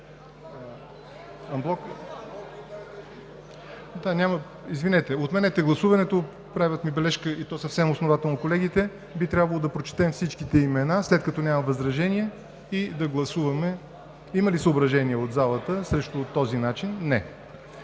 „Анблок.“) Отменете гласуването. Правят ми бележка колегите, и то съвсем основателно – би трябвало да прочетем всички имена, след като няма възражения, и да гласуваме. Има ли възражения от залата срещу този начин? Не.